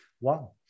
Wow